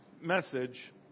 message